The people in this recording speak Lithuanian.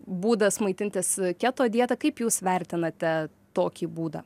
būdas maitintis keto dieta kaip jūs vertinate tokį būdą